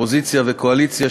אופוזיציה וקואליציה,